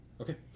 Okay